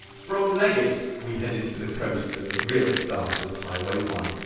from leggett we headed to the coast at the real start of highway one.